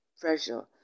pressure